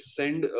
send